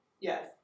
Yes